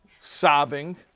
sobbing